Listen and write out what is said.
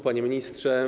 Panie Ministrze!